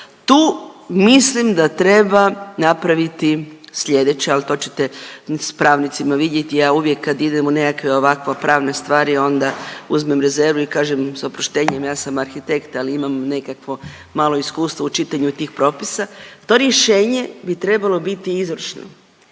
tu mislim da treba napraviti slijedeće, al to ćete s pravnicima vidjeti. Ja uvijek kad idem u nekakve ovakve pravne stvari onda uzmem rezervu i kažem s oproštenjem ja sam arhitekt, ali imam nekakvo malo iskustvo u čitanju tih propisa, to rješenje bi trebalo biti izvršno,